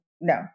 no